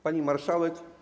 Pani Marszałek!